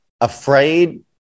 afraid